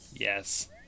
Yes